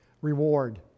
reward